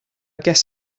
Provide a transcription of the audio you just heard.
guess